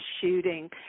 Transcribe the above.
shooting